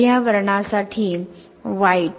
पर्यावरणासाठी वाईट